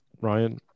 Ryan